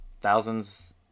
thousands